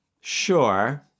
Sure